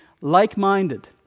like-minded